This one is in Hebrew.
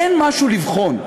אין משהו לבחון.